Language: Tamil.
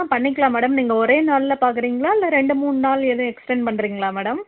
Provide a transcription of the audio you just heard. ஆ பண்ணிக்கலாம் மேடம் நீங்கள் ஒரே நாளில் பார்க்குறிங்களா இல்லை ரெண்டு மூணு நாள் ஏதும் எக்ஸ்ட்டன் பண்ணுறிங்களா மேடம்